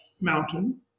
mountain